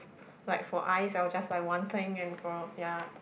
like for eyes I will just buy one thing and for ya